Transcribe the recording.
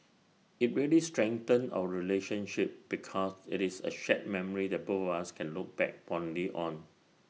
IT really strengthened our relationship because IT is A shared memory that both of us can look back fondly on